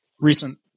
recent